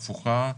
הפוכה,